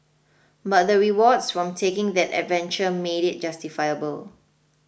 but the rewards from taking that adventure made it justifiable